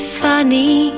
funny